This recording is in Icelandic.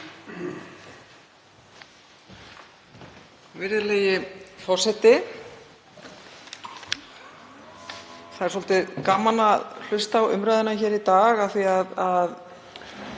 Virðulegi forseti. Það er svolítið gaman að hlusta á umræðuna í dag af því að